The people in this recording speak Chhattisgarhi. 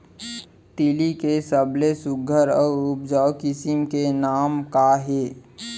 तिलि के सबले सुघ्घर अऊ उपजाऊ किसिम के नाम का हे?